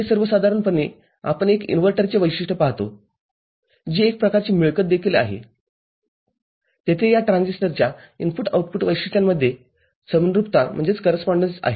हे सर्वसाधारणपणे आपण एक इन्व्हर्टरचे वैशिष्ट्य पाहतो जी एक प्रकारची मिळकत देखील आहे तेथे या ट्रान्झिस्टरच्या इनपुट आउटपुट वैशिष्ट्यांमध्ये समनुरूपता आहे हे स्पष्ट आहे का